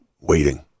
waiting